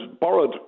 borrowed